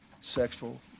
sexual